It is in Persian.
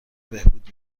بهبود